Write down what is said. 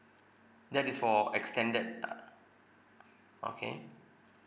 that is for extended ah okay